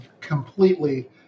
completely